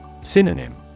Synonym